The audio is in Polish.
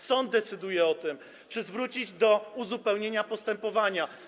Sąd decyduje o tym, czy zwrócić, chodzi o uzupełnienie postępowania.